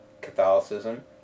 Catholicism